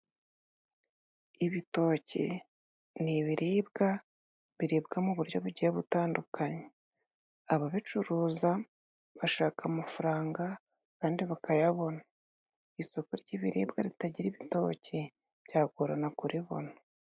Ibitoki ni ibiribwa biribwa mu buryo bugiye butandukanye. Ababicuruza bashaka amafaranga kandi bakayabona. isoko ry'ibiribwa ritagira ibitoki byagorana kuribona.